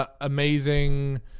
Amazing